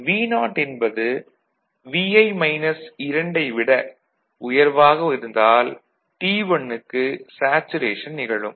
Vo என்பது யை விட உயர்வாக இருந்தால் T1 க்கு சேச்சுரேஷன் நிகழும்